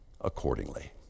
accordingly